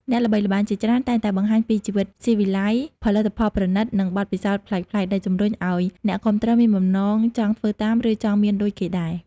អ្នកល្បីល្បាញជាច្រើនតែងតែបង្ហាញពីជីវិតស៊ីវិល័យ ផលិតផលប្រណីត និងបទពិសោធន៍ប្លែកៗ ដែលជំរុញឱ្យអ្នកគាំទ្រមានបំណងចង់ធ្វើតាម ឬចង់មានដូចគេដែរ។